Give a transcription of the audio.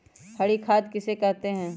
हरी खाद किसे कहते हैं?